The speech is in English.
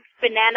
Banana